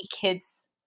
kids